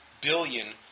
billion